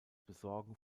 besorgen